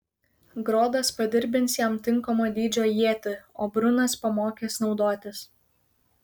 grodas padirbins jam tinkamo dydžio ietį o brunas pamokys naudotis